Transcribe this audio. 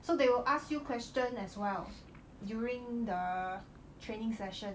so they will ask you question as well during the training session